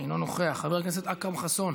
אינו נוכח, חבר הכנסת אכרם חסון,